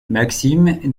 maxime